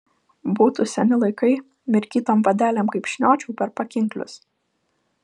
būtų seni laikai mirkytom vadelėm kaip šniočiau per pakinklius